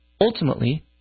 Ultimately